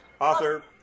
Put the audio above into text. author